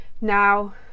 now